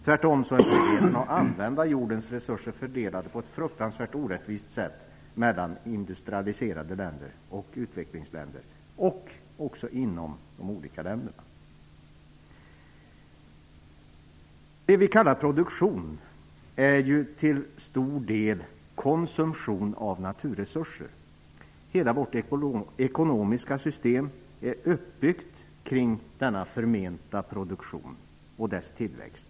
Tvärtom är möjligheterna att använda jordens resurser fördelade på ett fruktansvärt orättvist sätt mellan industrialiserade länder och utvecklingsländer och också inom de olika länderna. Det vi kallar produktion är till stor del konsumtion av naturresurser. Hela vårt ekonomiska system är uppbyggt kring denna förmenta produktion och dess tillväxt.